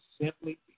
simply